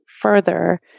further